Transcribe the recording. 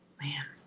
man